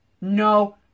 No